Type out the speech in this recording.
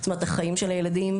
החיים של הילדים,